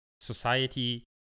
Society